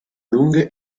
lunghe